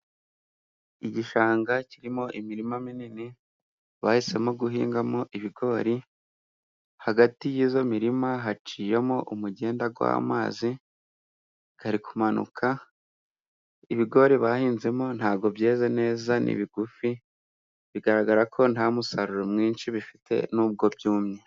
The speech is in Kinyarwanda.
Igishanga kirimo imirima minini bahisemo guhingamo ibigori, hagati y' izo mirima haciyemo umugenda w' amazi ari kumanuka; ibigori bahinzemo ntabwo byeze neza, ni bigufi bigaragara ko nta musaruro mwinshi bifite nubwo byumye.